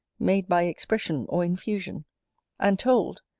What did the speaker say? made by expression or infusion and told,